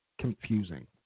confusing